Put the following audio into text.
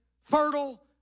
fertile